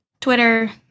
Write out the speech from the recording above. twitter